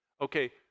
Okay